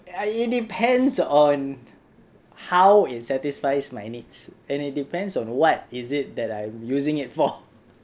err ya it depends on how it satisfies my needs and it depends on what is it that I using it for